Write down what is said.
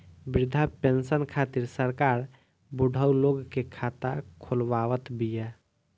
वृद्धा पेंसन खातिर सरकार बुढ़उ लोग के खाता खोलवावत बिया